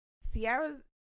Sierra's